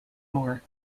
more